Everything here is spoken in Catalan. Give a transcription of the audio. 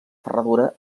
ferradura